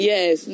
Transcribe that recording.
Yes